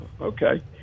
okay